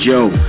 Joe